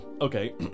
Okay